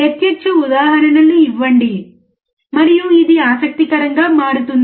ప్రత్యక్ష ఉదాహరణలు ఇవ్వండి మరియు ఇది ఆసక్తికరంగా మారుతుంది